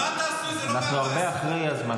אנחנו הרבה אחרי הזמן.